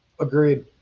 Agreed